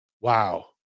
Wow